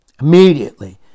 Immediately